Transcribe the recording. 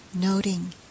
noting